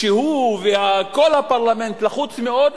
כשהוא וכל הפרלמנט לחוצים מאוד,